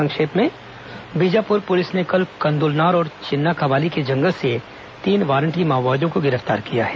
संक्षिप्त समाचार बीजापुर पुलिस ने कल कंद्लनार और चिन्नाकवाली के जंगल से तीन वारंटी माओवादियों को गिरफ्तार किया है